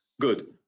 Good